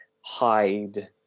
hide